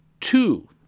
two